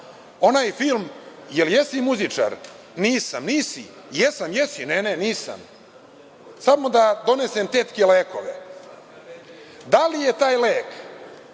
onaj film – „Jel jesi muzičar? Nisam. Nisi? Jesam. Ne, ne nisam. Samo da donesem tetki lekove.“Da li je taj lek